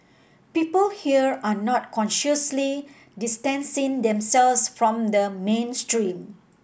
people here are not consciously distancing themselves from the mainstream